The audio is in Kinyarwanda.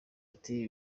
ati